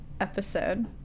episode